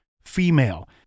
female